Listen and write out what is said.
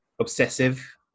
obsessive